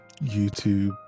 YouTube